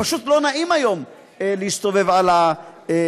פשוט לא נעים היום להסתובב על המדרכות.